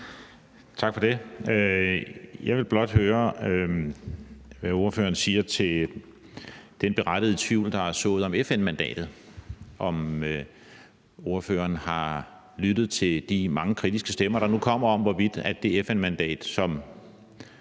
Tak for det. Jeg vil blot høre, hvad ordføreren siger til den berettigede tvivl, der er sået om FN-mandatet – om ordføreren har lyttet til de mange kritiske stemmer, der nu kommer, om, hvorvidt det FN-mandat, som